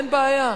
אין בעיה,